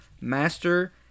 Master